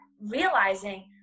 realizing